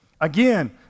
again